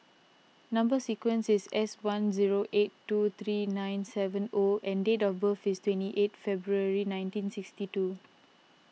Number Sequence is S one zero eight two three nine seven O and date of birth is twenty eight February nineteen sixty two